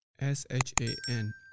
S-H-A-N